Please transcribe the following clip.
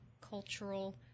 cultural